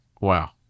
Wow